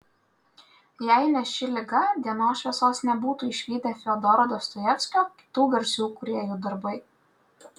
jei ne ši liga dienos šviesos nebūtų išvydę fiodoro dostojevskio kitų garsių kūrėjų darbai